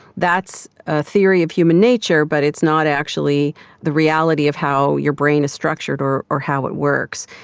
that's a theory of human nature but it's not actually the reality of how your brain is structured or or how it works.